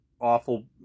awful